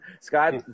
Scott